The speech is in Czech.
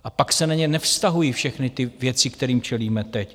A pak se na ně nevztahují všechny ty věci, kterým čelíme teď.